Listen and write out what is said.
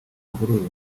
mvururu